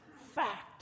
Fact